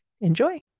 Enjoy